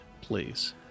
please